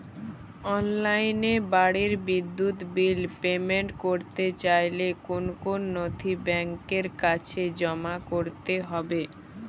অনলাইনে বাড়ির বিদ্যুৎ বিল পেমেন্ট করতে চাইলে কোন কোন নথি ব্যাংকের কাছে জমা করতে হবে?